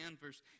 Verse